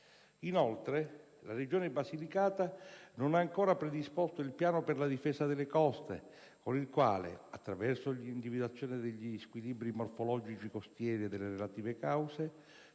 Inoltre, la Regione Basilicata non ha ancora predisposto il Piano per la difesa delle coste con il quale, attraverso l'individuazione degli squilibri morfologici costieri e delle relative cause,